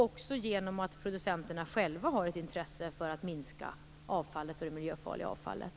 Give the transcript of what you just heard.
Då har producenterna själva också ett intresse av att minska avfallet och det miljöfarliga avfallet.